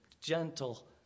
gentle